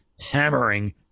hammering